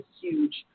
huge